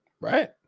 Right